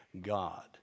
God